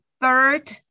third